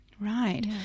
Right